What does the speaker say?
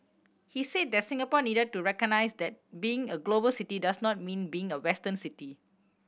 he said that Singapore needed to recognise that being a global city does not mean being a Western city